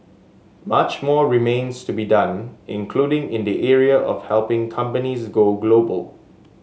much more remains to be done including in the area of helping companies go global